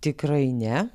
tikrai ne